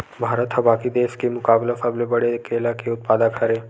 भारत हा बाकि देस के मुकाबला सबले बड़े केला के उत्पादक हरे